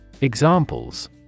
Examples